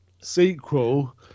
sequel